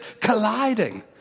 colliding